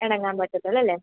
ഇണങ്ങാൻ പറ്റത്തുള്ളൂ അല്ലേ